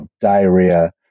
diarrhea